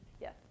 Yes